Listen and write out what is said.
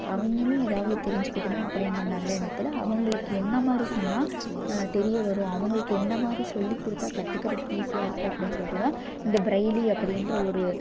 அவங்களும் ஏதாவது தெரிஞ்சுக்கிட்டுமே அப்படிங்கிற நல்ல எண்ணத்தில் அவர்களுக்கு எந்தமாதிரி சொன்னால் தெரிய வரும் அவர்களுக்கு எந்தமாதிரி சொல்லிக் கொடுத்தா கற்றுக்குறதுக்கு ஈஸியாக இருக்கும் அப்படின்னு சொல்லிட்டு தான் இந்த பிரெய்லி அப்படிகிற ஒரு